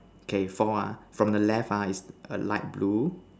okay four ah from the left ah is err light blue